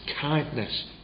kindness